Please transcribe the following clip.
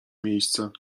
miejsce